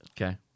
Okay